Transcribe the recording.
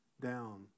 down